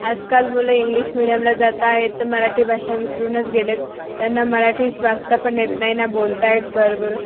आजकाल मुलं इंग्लिश मिडियमला जात आहेत तर मराठी भाषा विसरूनच गेलेत त्यांना मराठी स् वाचता पण येत नाही ना बोलता येत बरोबर